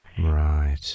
Right